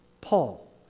Paul